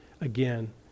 again